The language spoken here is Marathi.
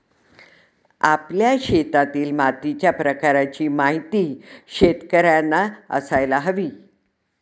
आपल्या शेतातील मातीच्या प्रकाराची माहिती शेतकर्यांना असायला हवी